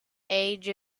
age